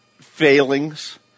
failings